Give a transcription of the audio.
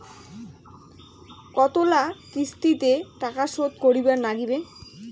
কতোলা কিস্তিতে টাকা শোধ করিবার নাগীবে?